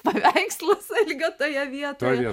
paveikslas algio toje vietoje